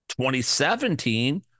2017